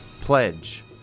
pledge